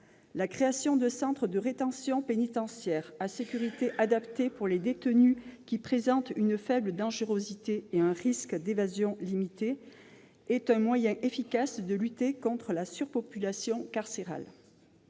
La création de centres de rétention pénitentiaire à sécurité adaptée pour les détenus qui présentent une faible dangerosité et un risque d'évasion limité est un moyen efficace de lutter contre la surpopulation carcérale.